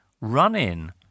run-in